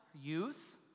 youth